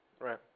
right